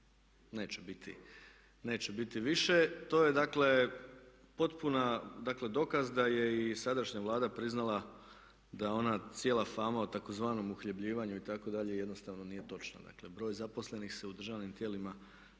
Neće biti više, to je dakle potpuna, dakle dokaz da je i sadašnja Vlada priznala da je ona cijela fama o tzv. uhljebljivanju itd., jednostavno nije točna. Dakle broj zaposlenih se u državnim tijelima